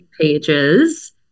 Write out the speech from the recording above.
pages